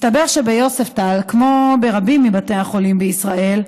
מסתבר שביוספטל, כמו ברבים מבתי החולים בישראל,